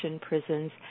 prisons